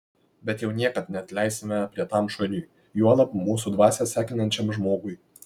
bet jau niekad neatleisime aprietam šuniui juolab mūsų dvasią sekinančiam žmogui